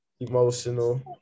Emotional